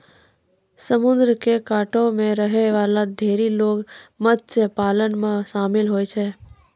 समुद्र क कातो म रहै वाला ढेरी लोग मत्स्य पालन म शामिल होय छै